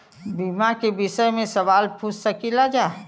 बीमा के विषय मे सवाल पूछ सकीलाजा?